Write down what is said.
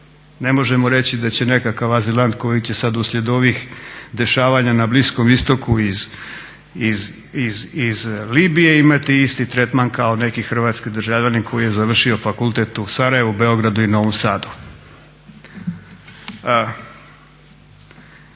Ne možemo reći da će nekakav azilant koji će sad uslijed ovih dešavanja na Bliskom istoku iz Libije imati isti tretman kao neki hrvatski državljanin koji je završio fakultet u Sarajevu, Beogradu i Novom sadu.